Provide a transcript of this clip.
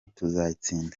tuzayitsinda